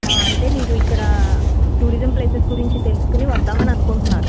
అంటే మీరు ఇక్కడ టూరిజం ప్లేసెస్ గురించి తెలుసుకుని వద్దామననుకుంటున్నారు